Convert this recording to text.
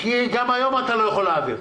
גם היום אתה לא יכול להעביר,